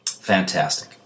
Fantastic